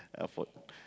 afford